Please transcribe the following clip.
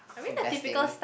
investing